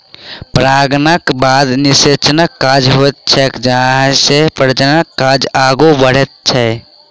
परागणक बाद निषेचनक काज होइत छैक जाहिसँ प्रजननक काज आगू बढ़ैत छै